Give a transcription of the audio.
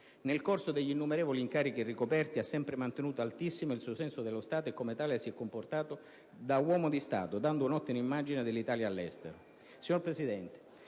Nel corso degli innumerevoli incarichi ricoperti, egli ha sempre mantenuto altissimo il suo senso dello Stato e conseguentemente si è comportato da uomo di Stato, dando un'ottima immagine dell'Italia all'estero.